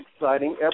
exciting